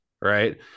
right